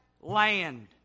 land